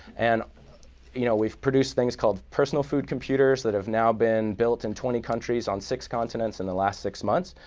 and you know we've produced things called personal food computers that have now been built in twenty countries on six continents in the last six months.